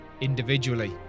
individually